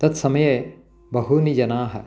तत् समये बहूनि जनाः